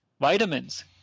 vitamins